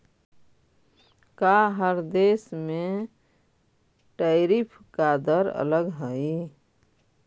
का हर देश में टैरिफ का दर अलग हई